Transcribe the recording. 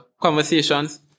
conversations